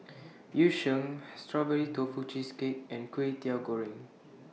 Yu Sheng Strawberry Tofu Cheesecake and Kway Teow Goreng